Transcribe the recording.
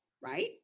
right